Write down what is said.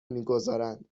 میگذارند